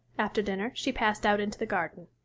after dinner, she passed out into the garden.